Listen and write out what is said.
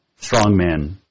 strongmen